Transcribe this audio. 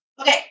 Okay